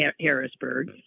Harrisburg